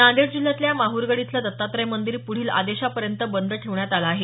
नांदेड जिल्ह्यातल्या माहूरगड इथलं दत्तात्रय मंदिर पुढील आदेशापर्यंत बंद ठेवण्यात आलं आहे